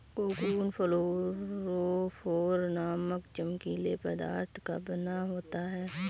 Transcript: cocoon fluorophore नामक चमकीले पदार्थ का बना होता है